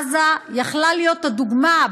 עזה יכולה הייתה להיות הדוגמה.